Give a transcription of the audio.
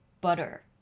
butter